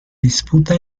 disputa